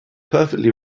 perfectly